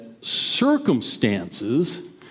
circumstances